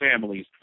families